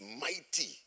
mighty